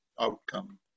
outcome